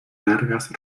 largas